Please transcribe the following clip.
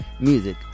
music